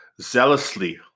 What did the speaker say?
zealously